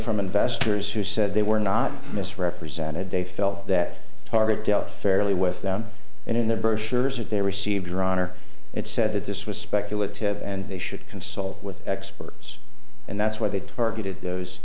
from investors who said they were not misrepresented they felt that target dealt fairly with them and in the brochures that they received your honor it said that this was speculative and they should consult with experts and that's why they targeted those